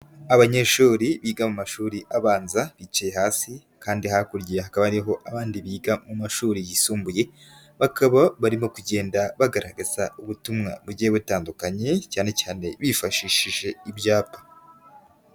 Abanyeshuri biga mu mashuri abanza bicaye hasi kandi hakurya hakaba hariho abandi biga mu mashuri yisumbuye, bakaba barimo kugenda bagaragaza ubutumwa bugiye butandukanye cyane cyane bifashishije ibyapa.